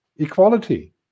Equality